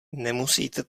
nemusíte